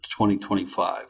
2025